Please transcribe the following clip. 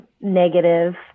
negative